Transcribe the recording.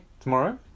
Tomorrow